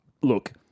look